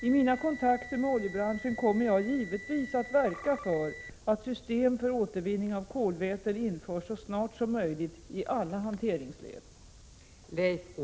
I mina kontakter med oljebranschen kommer jag givetvis att verka för att system för återvinning av kolväten införs så snart som möjligt i alla hanteringsled.